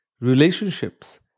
relationships